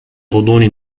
غضون